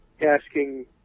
asking